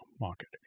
market